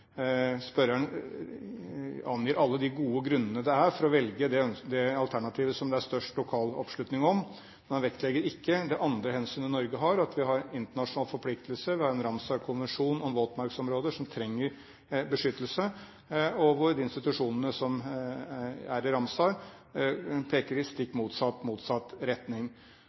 Spørreren angir alle de gode grunnene det er for å velge det alternativet som det er størst lokal oppslutning om, men han vektlegger ikke det andre hensynet Norge har, at vi har en internasjonal forpliktelse. Vi har Ramsar-konvensjonen, om våtmarksområder som trenger beskyttelse, og institusjonene som er i Ramsar, peker i stikk motsatt retning.